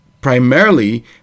primarily